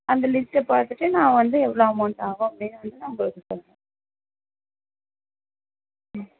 அந்த லிஸ்ட்டை பார்த்துட்டு நான் வந்து எவ்வளோ அமௌண்ட் ஆகும் அப்படின்னு வந்து நான் உங்களுக்கு சொல்கிறேன் ம்